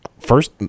First